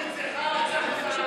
זה מקומם.